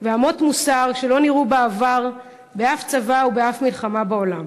ואמות מוסר שלא נראו בעבר באף צבא ובאף מלחמה בעולם.